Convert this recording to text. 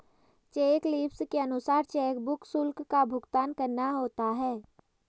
check leaves के अनुसार chequebook शुल्क का भुगतान करना होता है